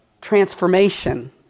transformation